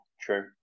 true